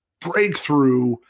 breakthrough